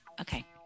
okay